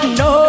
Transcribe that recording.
no